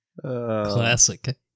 Classic